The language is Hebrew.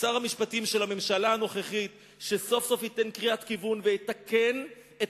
משר המשפטים של הממשלה הנוכחית שסוף-סוף ייתן קריאת כיוון ויתקן את